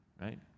right